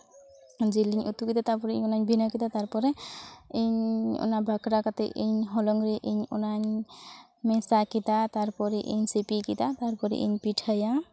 ᱡᱤᱞᱤᱧ ᱩᱛᱩ ᱠᱮᱫᱟ ᱛᱟᱨᱯᱚᱨᱮ ᱤᱧ ᱚᱱᱟᱧ ᱵᱷᱤᱱᱟᱹ ᱠᱮᱫᱟ ᱛᱟᱨᱯᱚᱨᱮ ᱤᱧ ᱚᱱᱟ ᱵᱷᱟᱠᱨᱟ ᱠᱟᱛᱮᱫ ᱤᱧ ᱚᱱᱟ ᱦᱚᱞᱚᱝ ᱨᱮ ᱤᱧ ᱚᱱᱟᱧ ᱢᱮᱥᱟ ᱠᱮᱫᱟ ᱛᱟᱨᱯᱚᱨᱮ ᱤᱧ ᱥᱤᱯᱤ ᱠᱮᱫᱟ ᱛᱟᱨᱯᱚᱨᱮ ᱤᱧ ᱯᱤᱴᱷᱟᱹᱭᱟ